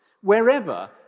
wherever